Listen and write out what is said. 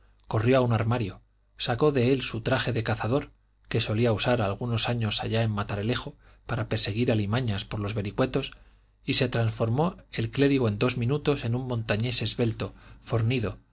a un armario sacó de él su traje de cazador que solía usar algunos años allá en matalerejo para perseguir alimañas por los vericuetos y se transformó el clérigo en dos minutos en un montañés esbelto fornido